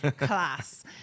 class